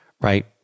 right